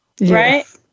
right